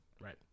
right